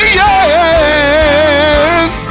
yes